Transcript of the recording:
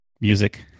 Music